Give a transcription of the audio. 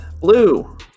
blue